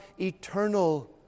eternal